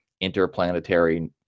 interplanetary